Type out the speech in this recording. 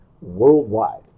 worldwide